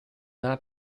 not